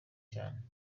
cyane